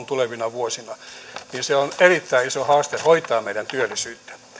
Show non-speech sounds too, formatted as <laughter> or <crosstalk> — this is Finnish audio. <unintelligible> tulevina vuosina niin se on erittäin iso haaste hoitaa meidän